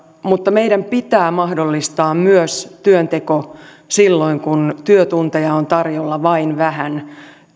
mutta meidän pitää mahdollistaa myös työnteko silloin kun työtunteja on tarjolla vain vähän